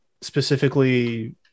specifically